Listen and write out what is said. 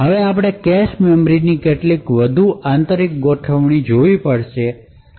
હવે આપણે કેશ મેમરીની કેટલીક વધુ આંતરિક ગોઠવણી જોવી પડશે